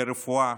לרפואה,